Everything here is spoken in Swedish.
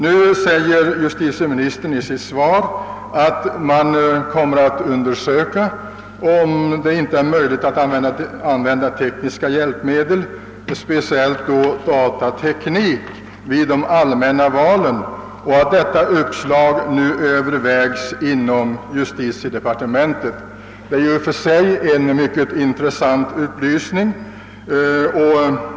Nu säger justitieministern i sitt svar att man kommer att undersöka möjligheterna att använda tekniska hjälpmedel, speciellt datateknik, vid de allmänna valen och att det uppslaget överväges inom justitiedepartementet. Det är en i och för sig mycket intressant upplysning.